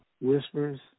Whispers